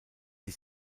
die